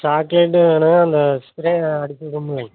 சாக்லேட்டும் வேணுங்க அந்த ஸ்ப்ரே அடித்துக்கிடுவோம்லங்